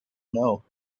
know